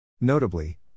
Notably